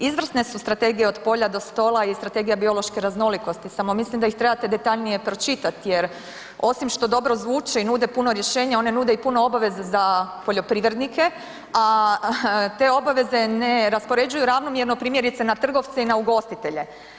Izvrsne su Strategije od polja do stola i Strategija biološke raznolikosti, samo mislim da ih trebate detaljnije pročitat jer osim što dobro zvuče i nude puno rješenja one nude i puno obveza za poljoprivrednike, a te obaveze ne raspoređuju ravnomjerno, primjerice na trgovce i ugostitelje.